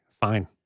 fine